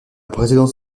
présidence